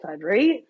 right